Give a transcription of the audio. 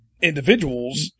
individuals